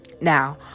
Now